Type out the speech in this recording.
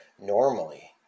normally